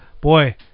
boy